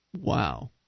Wow